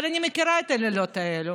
אבל אני מכירה את הלילות האלה,